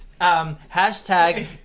Hashtag